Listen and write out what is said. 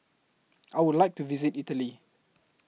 I Would like to visit Italy